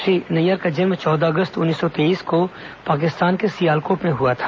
श्री नैय्यर का जेन्म चौदह अगस्त उन्नीस सौ तेईस को पाकिस्तान के सियालकोट में हुआ था